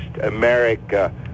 America